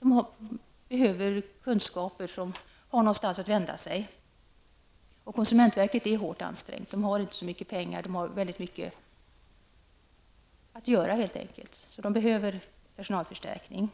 De behöver kunskaper och någon att vända sig till. Konsumentverket är hårt ansträngt och har inte så mycket pengar. Det har väldigt mycket att göra helt enkelt, så det behöver personalförstärkning.